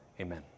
amen